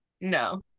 No